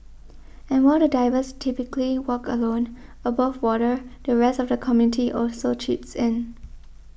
and while the divers typically work alone above water the rest of the community also chips in